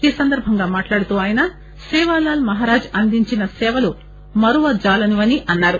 ఈ సందర్బంగా మాట్లాడుతూ ఆయన సేవాలాల్ మహారాజ్ అందించిన సేవలు మరువజాలవని అన్నారు